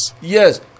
Yes